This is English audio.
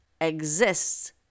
exists